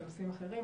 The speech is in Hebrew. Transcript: בנושאים אחרים,